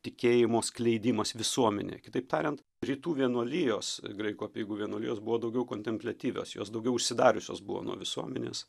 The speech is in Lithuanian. tikėjimo skleidimas visuomenėje kitaip tariant rytų vienuolijos graikų apeigų vienuolijos buvo daugiau kontempliatyvios jos daugiau užsidariusios buvo nuo visuomenės